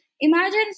imagine